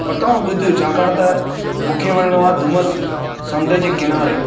प्रताप ॿुध छाकाणि त मूंखे वञिणो आहे डूमस समुंड्र जे किनारे